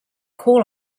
call